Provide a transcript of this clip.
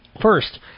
First